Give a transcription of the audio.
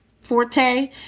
forte